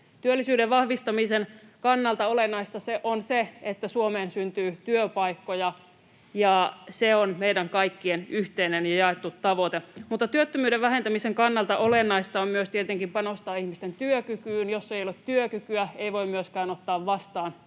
Työllisyyden vahvistamisen kannalta olennaista on se, että Suomeen syntyy työpaikkoja, ja se on meidän kaikkien yhteinen ja jaettu tavoite. Mutta työttömyyden vähentämisen kannalta olennaista on myös tietenkin panostaa ihmisten työkykyyn. Jos ei ole työkykyä, ei voi myöskään ottaa vastaan